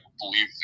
believe